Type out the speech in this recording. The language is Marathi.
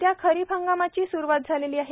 सध्या खरीप हंगामाची सुरवात झालेली आहे